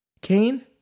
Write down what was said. Cain